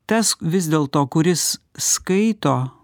tas vis dėl to kuris skaito